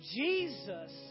Jesus